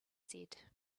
said